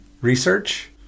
research